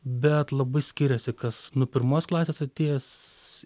bet labai skiriasi kas nuo pirmos klasės atėjęs